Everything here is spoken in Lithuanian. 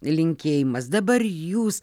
linkėjimas dabar jūs